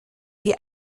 wir